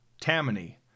Tammany